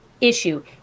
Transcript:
Issue